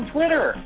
Twitter